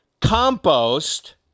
Compost